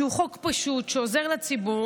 חוק פשוט שעוזר לציבור,